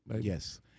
Yes